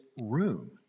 room